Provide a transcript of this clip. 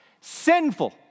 sinful